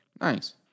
Nice